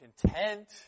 content